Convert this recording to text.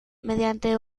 mediante